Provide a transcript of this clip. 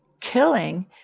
killing